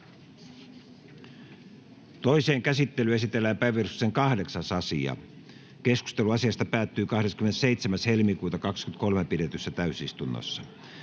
ainoaan käsittelyyn esitellään päiväjärjestyksen 8. asia. Keskustelu asiasta päättyi 27.2.2023 pidetyssä täysistunnossa.